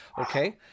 Okay